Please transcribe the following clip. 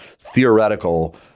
theoretical